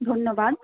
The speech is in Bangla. ধন্যবাদ